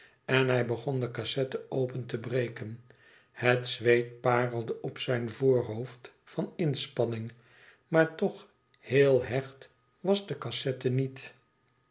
en hij begon de cassette open te breken het zweet parelde op zijn voorhoofd van inspanning maar toch heel hecht was de cassette niet